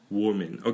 woman